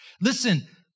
Listen